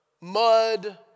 mud